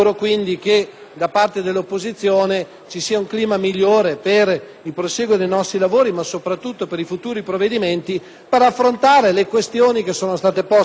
da parte dell'opposizione ci sia un clima migliore per il prosieguo dei nostri lavori, ma soprattutto per i futuri provvedimenti, per affrontare le questioni che sono state poste in quest'Aula